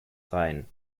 rein